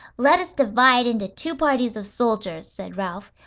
let us divide into two parties of soldiers, said ralph.